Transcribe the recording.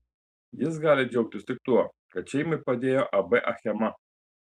jis gali džiaugtis tik tuo kad šeimai padėjo ab achema